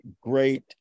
great